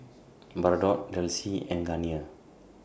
Bardot Delsey and Garnier